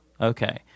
Okay